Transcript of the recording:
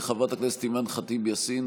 לחברת הכנסת אימאן ח'טיב יאסין,